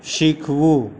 શીખવું